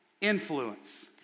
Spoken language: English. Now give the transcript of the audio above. Influence